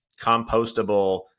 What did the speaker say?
compostable